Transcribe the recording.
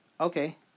Okay